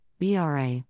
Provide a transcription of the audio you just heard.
BRA